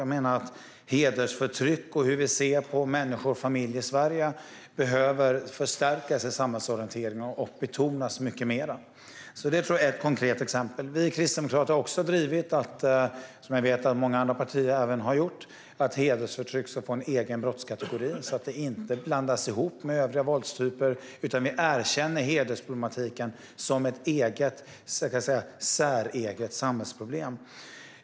Jag menar att hedersförtryck och hur vi ser på människor och familjer i Sverige behöver förstärkas i samhällsorienteringen och betonas mycket mer. Detta är ett konkret exempel. Vi kristdemokrater har, liksom många andra partier, drivit på för att hedersförtryck ska få en egen brottskategori så att det inte blandas ihop med övriga våldstyper och så att vi erkänner hedersproblematiken som ett eget - jag kan säga säreget - samhällsproblem.